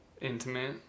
intimate